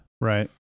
Right